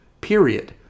period